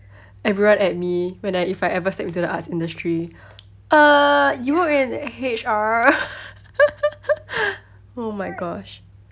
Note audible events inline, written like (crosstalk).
everyone at me when I if I ever step into the arts industry um you work in H_R (laughs) oh my gosh